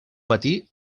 matí